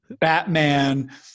Batman